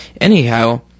Anyhow